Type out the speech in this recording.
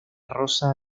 rosa